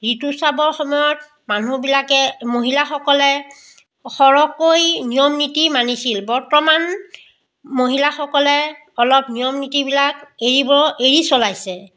ঋতুস্ৰাৱৰ সময়ত মানুহবিলাকে মহিলাসকলে সৰহকৈ নিয়ম নীতি মানিছিল বৰ্তমান মহিলাসকলে অলপ নিয়ম নীতিবিলাক এৰিব এৰি চলাইছে